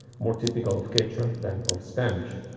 more typical of quechua than of spanish,